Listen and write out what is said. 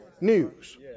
news